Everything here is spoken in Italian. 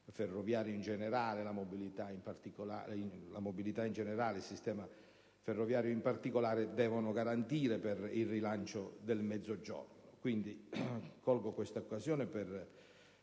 la mobilità, in generale, e il sistema ferroviario, in particolare, devono garantire per il rilancio del Mezzogiorno.